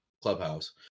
clubhouse